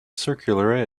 circular